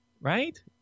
right